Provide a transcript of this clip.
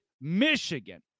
Michigan